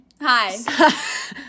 Hi